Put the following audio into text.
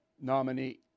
nominee